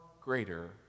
greater